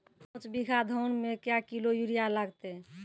पाँच बीघा धान मे क्या किलो यूरिया लागते?